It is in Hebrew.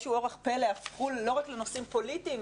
שבאיזשהו אורח פלא הפכו לא רק לנושאים פוליטיים,